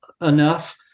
enough